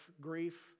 grief